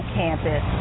campus